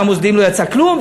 מהמוסדיים לא יצא כלום,